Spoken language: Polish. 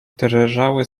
drżały